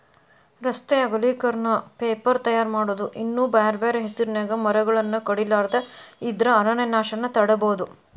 ರಸ್ತೆ ಅಗಲೇಕರಣ, ಪೇಪರ್ ತಯಾರ್ ಮಾಡೋದು ಇನ್ನೂ ಬ್ಯಾರ್ಬ್ಯಾರೇ ಹೆಸರಿನ್ಯಾಗ ಮರಗಳನ್ನ ಕಡಿಲಾರದ ಇದ್ರ ಅರಣ್ಯನಾಶವನ್ನ ತಡೇಬೋದು